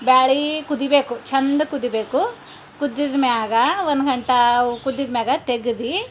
ಬೇಳೆ ಕುದಿಬೇಕು ಚೆಂದ ಕುದಿಬೇಕು ಕುದ್ದಿದ್ಮ್ಯಾಗ ಒಂದು ಗಂಟೆ ಕುದ್ದಿದ್ಮ್ಯಾಗ ತೆಗೆದು